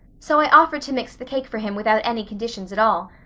so i offered to mix the cake for him without any conditions at all.